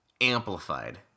amplified